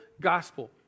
gospel